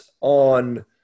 on